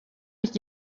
dat